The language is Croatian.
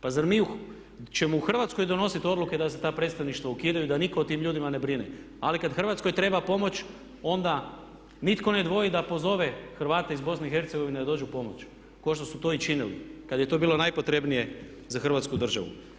Pa zar mi ćemo u Hrvatskoj donositi odluke da se ta predstavništva ukidaju i da nitko o tim ljudima ne brine ali kada Hrvatskoj treba pomoć onda nitko ne dvoji da pozove Hrvate iz Bosne i Hercegovine da dođu pomoći kao što su to i činili kada je to bilo najpotrebnije za Hrvatsku državu.